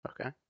Okay